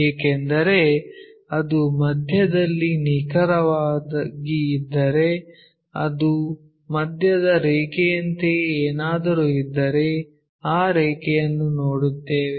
ಏಕೆಂದರೆ ಅದು ಮಧ್ಯದಲ್ಲಿ ನಿಖರವಾಗಿ ಇದ್ದರೆ ಅದು ಮಧ್ಯದ ರೇಖೆಯಂತೆಯೇ ಏನಾದರೂ ಇದ್ದರೆ ಆ ರೇಖೆಯನ್ನು ನೋಡುತ್ತೇವೆ